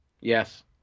Yes